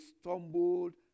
stumbled